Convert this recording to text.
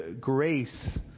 grace